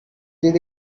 did